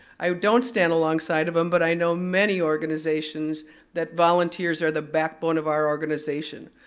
i don't stand alongside of them, but i know many organizations that volunteers are the backbone of our organization.